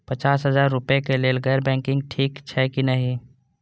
पचास हजार रुपए के लेल गैर बैंकिंग ठिक छै कि नहिं?